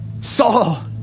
Saul